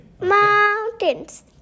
Mountains